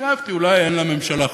חשבתי, אולי אין לממשלה חוק.